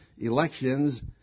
elections